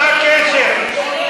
מה הקשר?